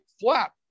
flat